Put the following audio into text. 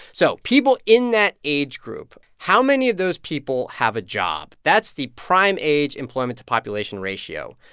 so people in that age group how many of those people have a job? that's the prime-age employment-to-population ratio.